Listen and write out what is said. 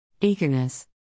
Eagerness